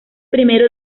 primero